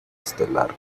estelar